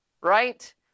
right